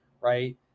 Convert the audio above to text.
Right